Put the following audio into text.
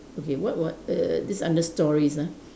okay what what err this under stories ah